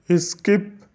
skip